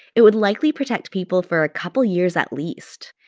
it would likely protect people for a couple years at least.